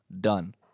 Done